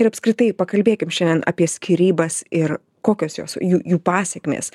ir apskritai pakalbėkim šiandien apie skyrybas ir kokios jos jų jų pasekmės